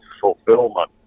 fulfillment